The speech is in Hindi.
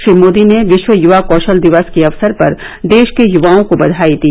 श्री मोदी ने विश्व यूवा कौशल दिवस के अवसर पर देश के युवाओं को बधाई दी